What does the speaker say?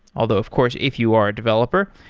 although of course if you are a developer,